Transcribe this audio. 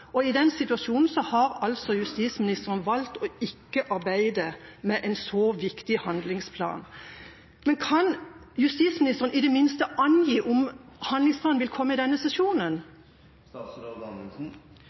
og i den situasjonen har altså justisministeren valgt ikke å arbeide med en så viktig handlingsplan. Kan justisministeren i det minste angi om handlingsplanen vil komme i denne sesjonen?